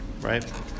right